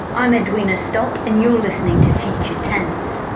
i'm edwina stott and you're listening to future tense,